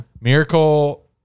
Miracle